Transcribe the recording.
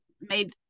made